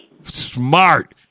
Smart